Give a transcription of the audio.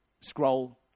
scroll